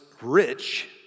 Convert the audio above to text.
rich